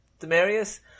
Demarius